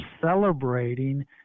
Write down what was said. celebrating